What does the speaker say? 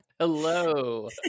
Hello